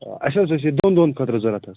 تہٕ اسہِ حظ اوس یہِ دۄن دۄہن خٲطرٕ ضروٗرت حظ